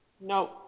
no